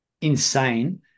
insane